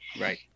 Right